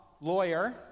lawyer